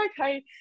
okay